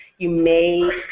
you may